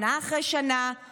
שנה אחרי שנה,